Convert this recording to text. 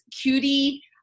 cutie